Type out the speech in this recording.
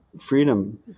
Freedom